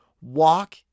walk